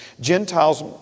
Gentiles